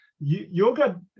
yoga